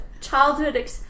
childhood